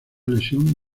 lesión